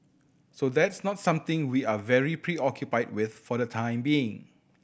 so that's not something we are very preoccupied with for the time being